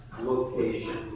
location